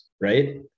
right